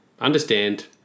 understand